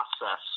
process